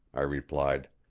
i replied.